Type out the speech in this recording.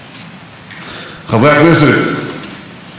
אנחנו נמצאים בתחילת העשור השמיני של מדינת ישראל.